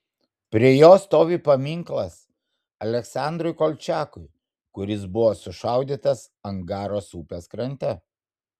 prie jo stovi paminklas aleksandrui kolčiakui kuris buvo sušaudytas angaros upės krante